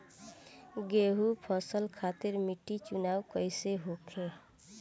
गेंहू फसल खातिर मिट्टी चुनाव कईसे होखे?